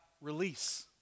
release